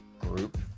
group